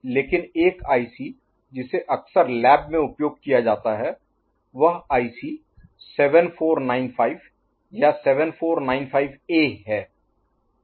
लेकिन एक आईसी जिसे अक्सर लैब में उपयोग किया जाता है वह आईसी 7495 या 7495A है